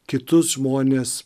kitus žmones